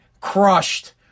crushed